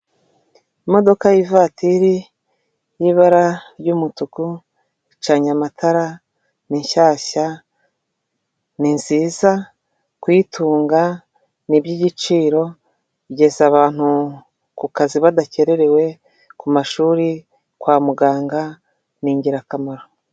Imodoka y'ivatiri y'ibara ry'umutuku icanye amatara, ni shyashya ni nziza kuyitunga ni iby'igiciro, igeza abantu ku kazi badakerewe, ku mashuri, kwa muganga, ni ingirakamaro.